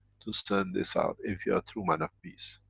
to send these out, if you a true man of peace,